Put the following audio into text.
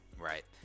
Right